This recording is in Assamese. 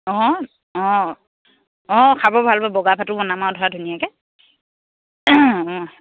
অঁ অঁ অঁ খাব ভাল পাব বগা ভাতো বনাম আৰু ধৰা ধুনীয়াকৈ অঁ